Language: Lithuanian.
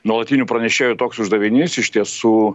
nuolatinių pranešėjų toks uždavinys iš tiesų